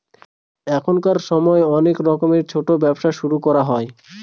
এখনকার সময় অনেক রকমের ছোটো ব্যবসা শুরু হয়